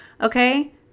okay